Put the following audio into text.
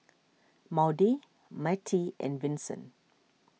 Maude Mattie and Vinson